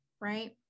right